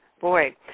Boy